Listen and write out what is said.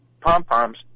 pom-poms